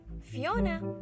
Fiona